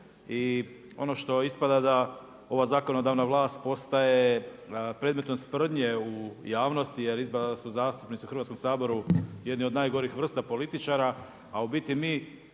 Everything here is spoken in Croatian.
i ono što ispada da ova zakonodavna vlast postaje predmetom sprdnje u javnosti jer ispada da su zastupnici u Hrvatskom saboru jedni od najgorih vrsta političara, a u biti mi